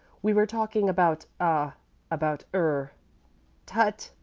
we were talking about ah about er tut!